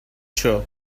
sure